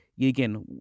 again